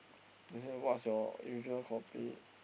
they say what's your usual kopi